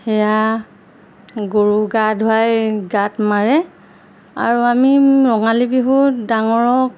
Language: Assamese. সেয়া গৰু গা ধুৱাই গাত মাৰে আৰু আমি ৰঙালী বিহুত ডাঙৰক